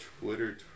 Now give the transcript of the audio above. Twitter